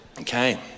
Okay